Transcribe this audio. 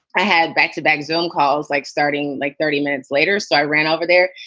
i had back to back zohn calls like starting like thirty minutes later. so i ran over there.